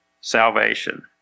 salvation